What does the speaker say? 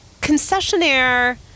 concessionaire